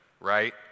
right